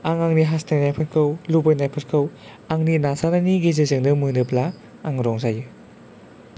आं आंनि हास्थायनायफोरखौ लुबैनायफोरखौ आंनि नाजानायनि गेजेरजोंनो मोनोब्ला आं रंजायो